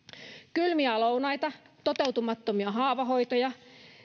kylmiä lounaita toteutumattomia haavahoitoja